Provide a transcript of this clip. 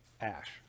ash